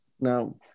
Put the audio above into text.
Now